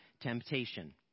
temptation